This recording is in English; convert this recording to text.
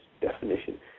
definition